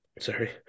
sorry